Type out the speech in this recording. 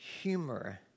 humor